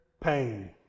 pain